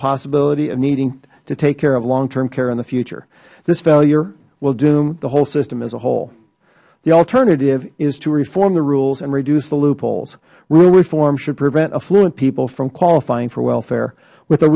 possibility of needing to take care of long term care in the future this failure will doom the whole system as a whole the alternative is to reform the rules and reduce the loopholes real reform should prevent affluent people from qualifying for welfare with